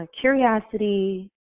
curiosity